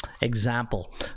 example